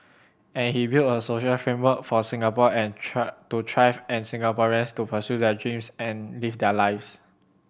and he build a social framework for Singapore and try to thrive and Singaporeans to pursue their dreams and live their lives